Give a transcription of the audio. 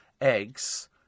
eggs